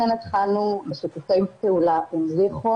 ולכן התחלנו בשיתופי פעולה עם עיריות